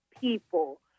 people